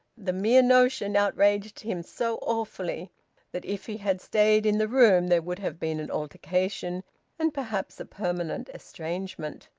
the mere notion outraged him so awfully that if he had stayed in the room there would have been an altercation and perhaps a permanent estrangement.